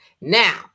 Now